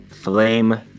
flame